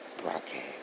broadcast